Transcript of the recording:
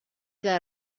que